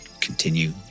continue